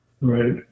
right